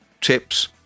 tips